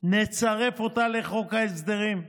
נצרף אותה לחוק ההסדרים,